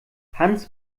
hans